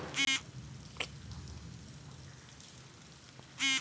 Bank खात्यात जास्तीत जास्त कितके पैसे काढू किव्हा भरू शकतो?